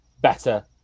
better